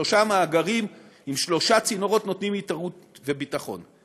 שלושה מאגרים עם שלושה צינורות נותנים יתירות וביטחון.